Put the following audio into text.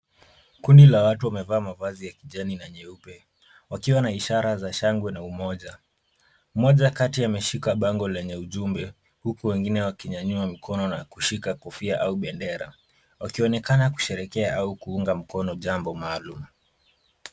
Kundi la watu wamevaa mavazi ya kijani na nyeupe wakiwa na ishara za shangwe na umoja. Mmoja kati ameshika bango lenye ujumbe huku wengine wakinyanyua mikono na kushika kofia au bendera wakionekana kusherehekea au kuunga mkono jambo maalum.